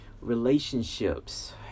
relationships